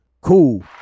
cool